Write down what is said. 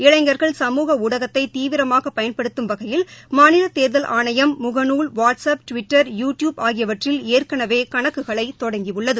இளைஞர்களை சமூக ஊடகத்தை தீவிரமாக பயன்படுத்தும் வகையில் மாநில தேர்தல் ஆணையம் முகநூல் வாட்சப் டுவிட்டர் யூடியூப் ஆகியவற்றில் ஏற்கனவே கணக்குகளை தொடங்கியுள்ளது